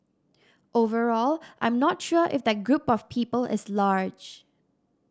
overall I'm not sure if that group of people is large